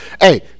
Hey